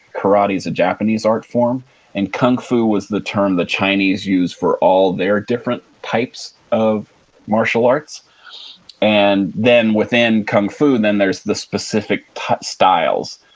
karate is a japanese art form and kung fu was the term the chinese used for all their different types of martial arts and then, within kung fu then there's the specific styles.